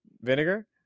vinegar